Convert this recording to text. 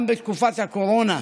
גם בתקופת הקורונה,